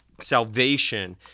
salvation